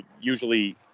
usually